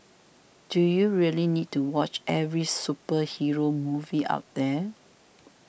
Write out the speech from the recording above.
do you really need to watch every superhero movie out there